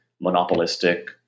monopolistic